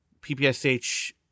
PPSH